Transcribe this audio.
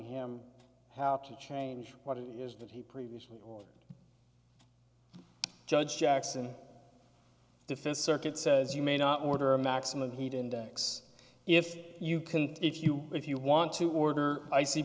him how to change what it is that he previously judge jackson defense circuit says you may not mordor maxim of heat index if you can if you if you want to order i sea